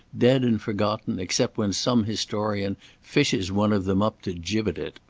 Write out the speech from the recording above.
dead and forgotten except when some historian fishes one of them up to gibbet it.